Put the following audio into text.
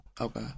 Okay